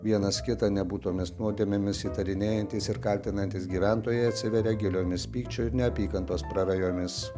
vienas kitą nebūtomis nuodėmėmis įtarinėjantys ir kaltinantys gyventojai atsiveria giliomis pykčio ir neapykantos prarajomis